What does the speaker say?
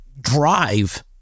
drive